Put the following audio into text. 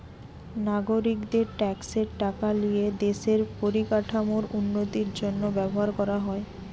নাগরিকদের ট্যাক্সের টাকা লিয়ে দেশের পরিকাঠামোর উন্নতির জন্য ব্যবহার করা হয়